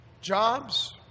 jobs